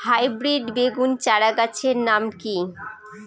Hybrid বেগুন চারাগাছের নাম কি?